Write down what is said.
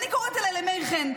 אני קוראת אליי את מאיר חן.